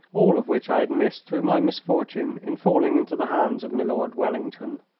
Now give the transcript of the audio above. all of which i had missed through my misfortune in falling into the hands of milord wellington.